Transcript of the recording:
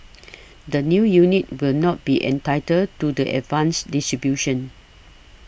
the new units will not be entitled to the advanced distribution